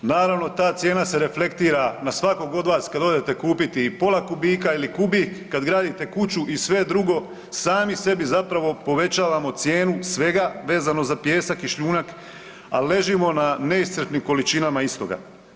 Naravno ta cijena se reflektira na svakog od vas kad odete kupiti i pola kubika ili kubik, kad gradite kuću i sve drugo, sami sebi zapravo povećavamo svega vezano za pijesak i šljunak, a ležimo na neiscrpnim količinama istoga.